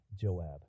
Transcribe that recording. Joab